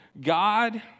God